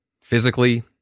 physically